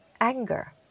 anger